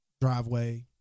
driveway